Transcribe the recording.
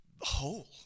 whole